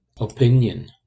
Opinion